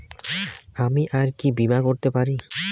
আমি আর কি বীমা করাতে পারি?